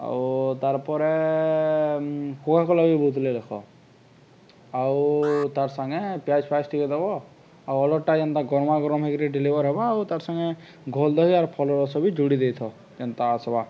ଆଉ ତାର୍ ପରେ କୋକାକୋଲା ବି ବୋତଲେ ଲେଖ ଆଉ ତାର୍ ସାଙ୍ଗେ ସ୍ପ୍ରାଇଟ୍ ଫ୍ରାଇଟ୍ ଟିକେ ଦେବ ଆଉ ଅର୍ଡ଼ରଟା ଯେନ୍ତା ଘମା ଘମ ହେଇକରି ଡେଲିଭର ହବା ଆଉ ତାର୍ ସାଙ୍ଗେ ଘୋଲ ଦହି ଆର୍ ଫଲ ରସ ବି ଯୁଡ଼ି ଦେଇଥାଅ ଏନ୍ତା ଆସବା